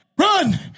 Run